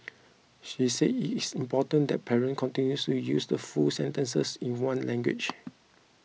she said it is important that parents continue to use full sentences in one language